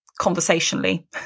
conversationally